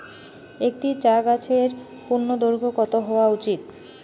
একটি চা গাছের পূর্ণদৈর্ঘ্য কত হওয়া উচিৎ?